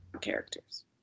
characters